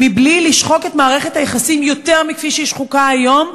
בלי לשחוק את מערכת היחסים יותר מכפי שהיא שחוקה היום,